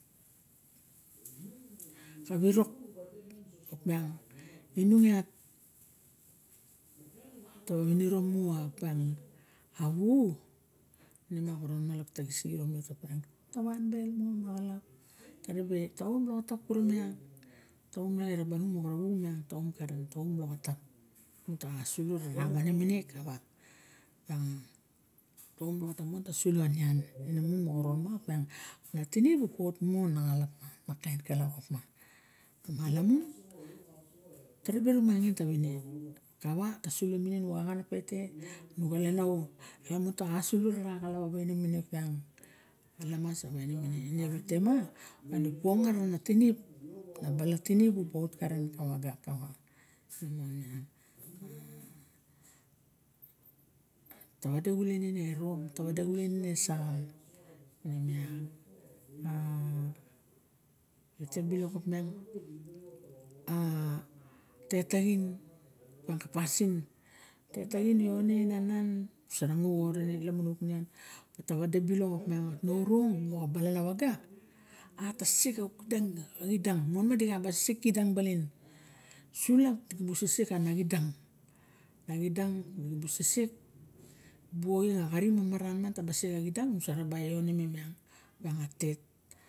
A wirok opiang inung iat ta winiro mu opiang a wu ine ma xoron ma lok taxisixit awet tawanbel mon ma xalap taribe ta om loxotap kurumiang tawinung miang ta om loxotam lamun taxa sulo wane mine opaing ta om loxotap mon ta swo nian ne mon mana xoron ma opiang na tinip bu ot mu naxalap ma kain kalap opa ta malamun ta ribe rumangin tawin kawa ta swo minin auk axan na pete mauk xalen a o lamun ta xa slo ra ra xilap awai ne mine opiang a lamas awaine ine wite ma muraba ongat ana tinip taba of karen ka balana waga ne mmon miang? Tawade xulen ine e rom ta wade xulen ine saxm in miang ma wite bilek opiang a tet taxen opiang a tnorong moxa balana waga a ta sek kauk teng kauk kidang mnma dixa ba sek kidang baling swap di buk sesek ane xidang na xidang dibuk sesk dibuk oing auk kari xari maran elubusa sek a xidang use rabu ione tet